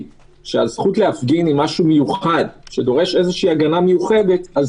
שהזכות להפגין היא משהו מיוחד שדורש איזושהי הגנה מיוחדת,